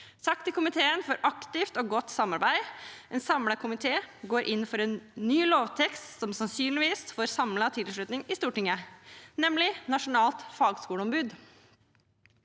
Takk til komiteen for aktivt og godt samarbeid. En samlet komité går inn for en ny lovtekst som sannsynligvis får samlet tilslutning i Stortinget, nemlig nasjonalt fagskoleombud.